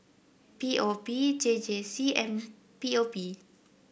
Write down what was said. P O P J J C and P O P